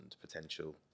potential